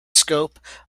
scope